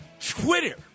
Twitter